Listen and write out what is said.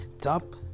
top